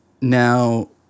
Now